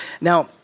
Now